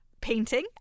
painting